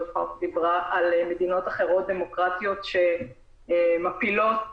דיברה על מדינות אחרות דמוקרטיות שמפילות את